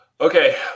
Okay